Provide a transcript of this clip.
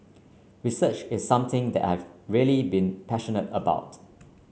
research is something that I have really been passionate about